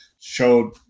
showed